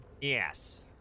Yes